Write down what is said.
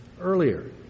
earlier